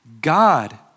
God